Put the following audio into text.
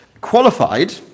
qualified